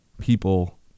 people